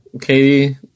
Katie